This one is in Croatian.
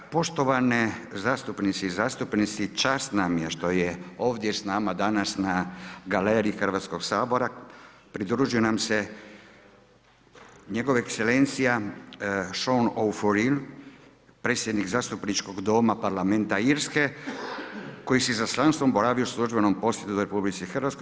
Poštovane zastupnice i zastupnici čast nam je što je ovdje s nama danas na galeriji Hrvatskog sabora pridružila nam se Njegova ekselencija Sean O′ Fearghail predsjednik Zastupničkog doma Parlamenta Irske koji s izaslanstvom boravi u službenom posjedu RH.